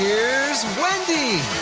here's wendy!